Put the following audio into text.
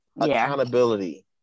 accountability